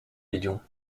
millions